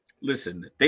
Listen